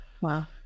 Wow